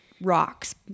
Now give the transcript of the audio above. rocks